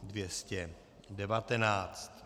219.